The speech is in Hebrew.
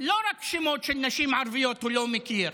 לא רק שמות של נשים ערביות הוא לא מכיר.